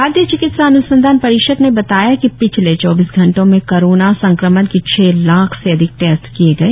भारतीय चिकित्सा अनुसंधान परिषद ने बताया कि पिछले चौबीस घंटों में कोरोना संक्रमण के छह लाख से अधिक टेस्ट किए गए